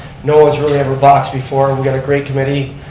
no one's really ever boxed before and we got a great committee,